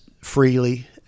freely